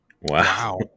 wow